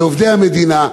לעובדי המדינה,